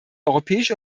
europäische